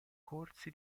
corsi